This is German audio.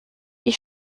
ich